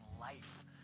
life